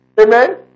Amen